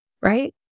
right